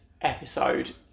episode